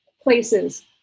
places